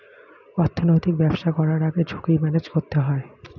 অর্থনৈতিক ব্যবসা করার আগে ঝুঁকি ম্যানেজ করতে হয়